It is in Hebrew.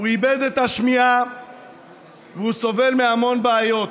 והוא איבד את השמיעה וסובל מהמון בעיות.